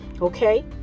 Okay